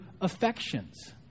affections